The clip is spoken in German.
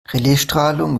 raleighstrahlung